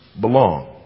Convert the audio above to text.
belong